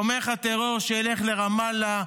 תומך הטרור, שילך לרמאללה.